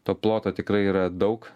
to ploto tikrai yra daug